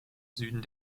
süden